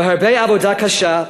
בהרבה עבודה קשה,